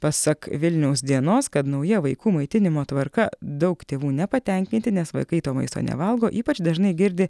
pasak vilniaus dienos kad nauja vaikų maitinimo tvarka daug tėvų nepatenkinti nes vaikai to maisto nevalgo ypač dažnai girdi